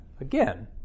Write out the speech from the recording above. again